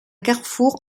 carrefour